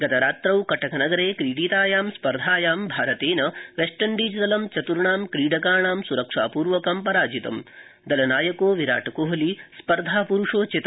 गतरात्रौ कटकनगरे क्रीडितायां स्पर्धायां भारतेन वैस्टइण्डीज लं चत्र्णां क्रीडकाणां स्रक्षापूर्वकं पराजितम लनायको विराट कोहली स्पर्धा प्रुष चित